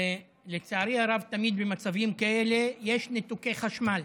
ולצערי הרב, תמיד במצבים כאלה יש ניתוקי חשמל.